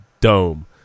dome